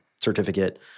certificate